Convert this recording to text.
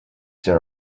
there